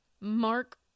Mark